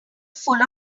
full